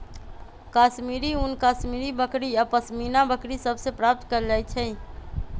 कश्मीरी ऊन कश्मीरी बकरि आऽ पशमीना बकरि सभ से प्राप्त कएल जाइ छइ